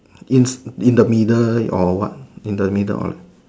in in the middle or what in the middle